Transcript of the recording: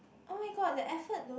oh my god that effort though